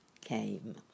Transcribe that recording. came